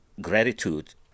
gratitude